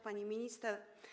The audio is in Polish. Pani Minister!